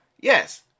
yes